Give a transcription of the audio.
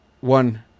one